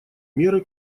меры